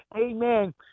amen